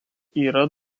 yra